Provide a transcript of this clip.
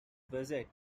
visit